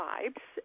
Vibes